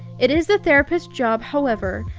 it is the therapist's job, however,